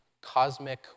cosmic